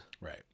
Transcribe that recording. Right